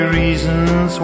reasons